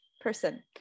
person